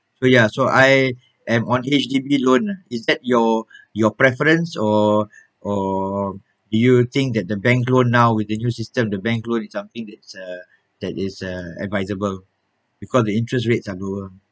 so ya so I am on H_D_B loan is that your your preference or or you think that the bank loan now with the new system the bank loan is something that's uh that is uh advisable because the interest rates are lower